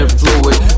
fluid